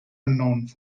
unknown